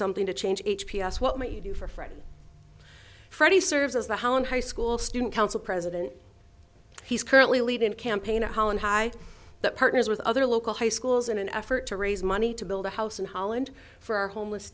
something to change h p s what you do for friends freddie serves as the hauen high school student council president he's currently leading a campaign at holland high that partners with other local high schools in an effort to raise money to build a house in holland for homeless